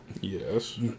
Yes